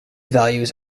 values